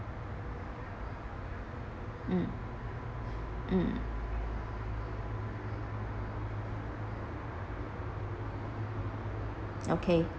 mm mm okay